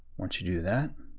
once you do that,